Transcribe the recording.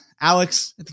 Alex